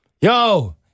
Yo